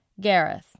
Gareth